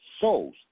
Souls